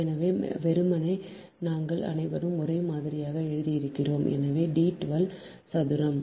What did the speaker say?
எனவே வெறுமனே நாங்கள் அனைவரும் ஒரே மாதிரிதான் எழுதியிருக்கிறோம் எனவே D 12 சதுரம்